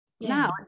now